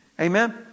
Amen